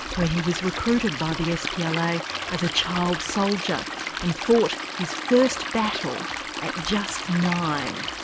where he was recruited by the spla as a child soldier and fought his first battle at just nine.